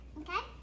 okay